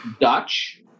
Dutch